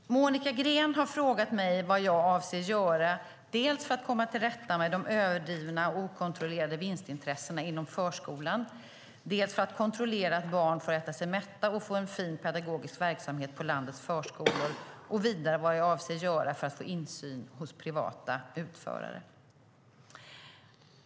Herr talman! Monica Green har frågat mig vad jag avser att göra dels för att komma till rätta med de överdrivna och okontrollerade vinstintressena inom förskolan, dels för att kontrollera att barn får äta sig mätta och får en fin pedagogisk verksamhet på landets förskolor. Vidare har hon frågat mig vad jag avser att göra för att få insyn hos privata utförare.